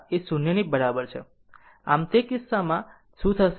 આમ તે કિસ્સામાં શું થશે